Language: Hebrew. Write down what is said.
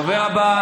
הדובר הבא,